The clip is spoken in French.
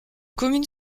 commune